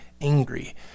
angry